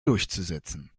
durchzusetzen